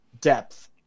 depth